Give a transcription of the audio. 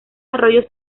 arroyos